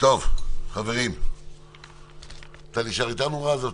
אתה נשאר איתנו, רז?